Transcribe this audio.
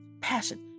passion